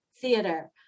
theater